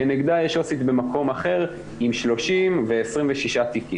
כנגדה יש עו"סית במקום אחר עם 30 ו-26 תיקים.